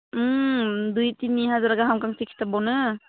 ओम दुइ थिनि हाजार गाहाम गांसे खिथाबावनो